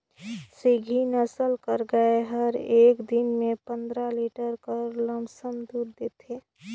सिंघी नसल कर गाय हर एक दिन में पंदरा लीटर कर लमसम दूद देथे